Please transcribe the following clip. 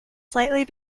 slightly